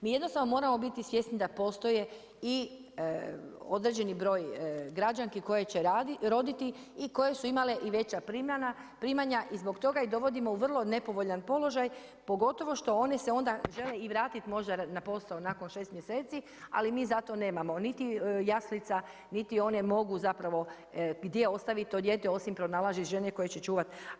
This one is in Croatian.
Mi jednostavno moramo biti svjesni da postoje i određeni broj građanki koje će roditi i koje su imale i veća primanja i zbog toga ih dovodimo u vrlo nepovoljan položaj pogotovo što one se onda žele i vratiti možda na posao nakon 6 mjeseci, ali mi zato nemamo niti jaslica, niti one mogu zapravo gdje ostaviti to dijete osim pronalazit žene koje čuvati.